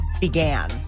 began